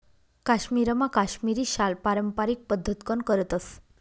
काश्मीरमा काश्मिरी शाल पारम्पारिक पद्धतकन करतस